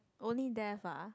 only death ah